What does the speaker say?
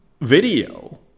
video